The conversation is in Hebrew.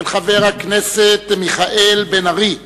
של חבר הכנסת מיכאל בן-ארי,